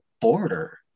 border